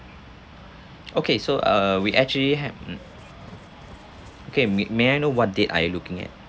okay so err we actually ha~ mm okay may may I know what date are you looking at